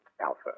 Alpha